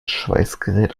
schweißgerät